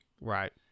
Right